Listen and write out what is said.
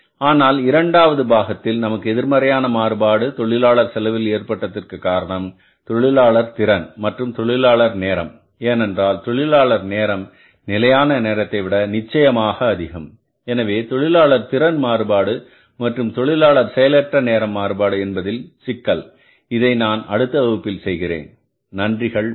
ஆனால் இரண்டாவது பாகத்தில் நமக்கு எதிர்மறையான மாறுபாடு தொழிலாளர் செலவில் ஏற்பட்டதற்கு காரணம் தொழிலாளர் திறன் மற்றும் தொழிலாளர் நேரம் ஏனென்றால் தொழிலாளர் நேரம் நிலையான நேரத்தைவிட நிச்சயமாக அதிகம் எனவே தொழிலாளர் திறன் மாறுபாடு மற்றும் தொழிலாளர் செயலற்ற நேரம் மாறுபாடு என்பது ஒரு சிக்கல் இதை நான் அடுத்த வகுப்பில் செய்கிறேன் நன்றிகள் பல